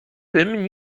tym